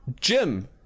Jim